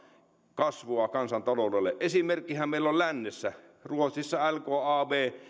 kasvua kansantaloudelle esimerkkihän meillä on lännessä ruotsissa lkab